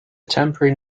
temporary